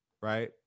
right